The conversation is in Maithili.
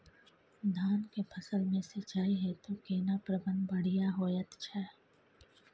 धान के फसल में सिंचाई हेतु केना प्रबंध बढ़िया होयत छै?